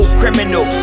criminal